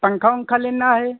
पंखा ओंखा लेना है